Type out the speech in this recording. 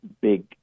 big